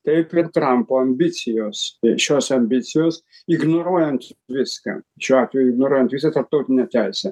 taip ir trampo ambicijos šios ambicijos ignoruojant viską šiuo atveju ignoruojant visą tarptautinę teisę